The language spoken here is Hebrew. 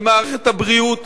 במערכת הבריאות